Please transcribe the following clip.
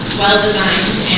well-designed